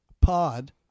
pod